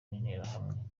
n’interahamwe